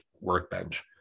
workbench